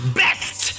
best